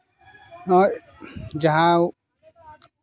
ᱱᱚᱜᱼᱚᱭ ᱡᱟᱦᱟᱸ